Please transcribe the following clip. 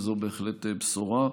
וזו בהחלט בשורה,